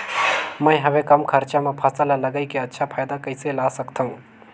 मैं हवे कम खरचा मा फसल ला लगई के अच्छा फायदा कइसे ला सकथव?